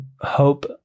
hope